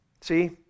See